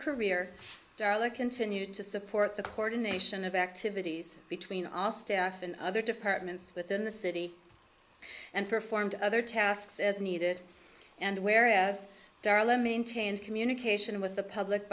career continued to support the court and nation of activities between all staff and other departments within the city and performed other tasks as needed and whereas darlin maintains communication with the public